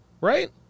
right